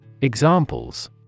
Examples